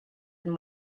and